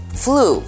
flu